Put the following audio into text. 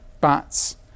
bats